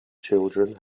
children